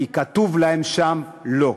כי כתוב להם שם "לא".